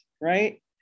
right